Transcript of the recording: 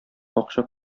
акча